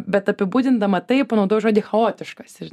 bet apibūdindama tai panaudojau žodį chaotiškas ir